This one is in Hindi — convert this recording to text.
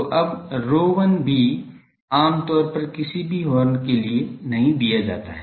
तो अब ρ1 भी आम तौर पर किसी भी हॉर्न के लिए नहीं दिया जाता है